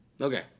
Okay